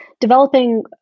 developing